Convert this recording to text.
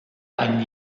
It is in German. eine